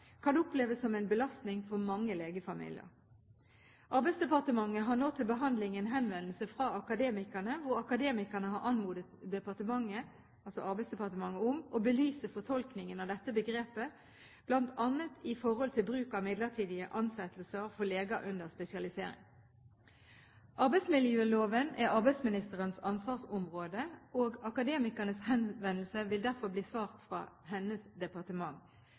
kan oppleves som en belastning for mange legefamilier. Arbeidsdepartementet har nå til behandling en henvendelse fra Akademikerne, hvor Akademikerne har anmodet Arbeidsdepartementet om å belyse fortolkningen av dette begrepet, bl.a. i forhold til bruk av midlertidige ansettelser for leger under spesialisering. Arbeidsmiljøloven er arbeidsministerens ansvarsområde, og Akademikernes henvendelse vil derfor bli besvart fra hennes departement.